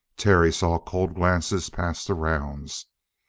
terry saw cold glances pass the rounds,